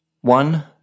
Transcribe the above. One